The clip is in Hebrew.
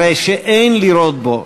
הרי שאין לראות בו,